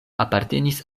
apartenis